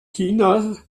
china